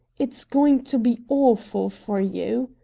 it's going to be awful for you!